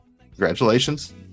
congratulations